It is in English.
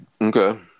Okay